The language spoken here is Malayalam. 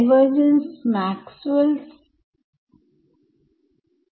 അപ്പോൾ എനിക്ക് കിട്ടും